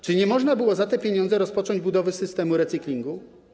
Czy nie można było za te pieniądze rozpocząć budowy systemu recyklingu?